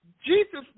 Jesus